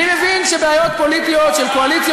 אני מבין שבעיות פוליטיות של קואליציה